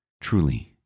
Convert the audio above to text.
Truly